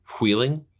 wheeling